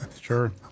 Sure